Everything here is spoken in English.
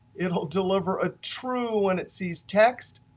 it'll deliver a true when it sees text,